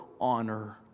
honor